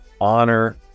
honor